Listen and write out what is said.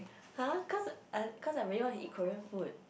!huh! cause I cause I really want to eat Korean food